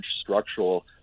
structural